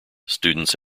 students